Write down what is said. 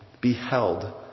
beheld